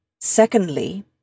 Secondly